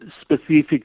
specific